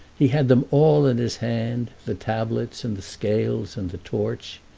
he had them all in his hand, the tablets and the scales and the torch.